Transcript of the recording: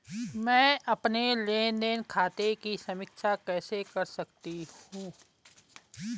मैं अपने लेन देन खाते की समीक्षा कैसे कर सकती हूं?